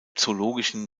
zoologischen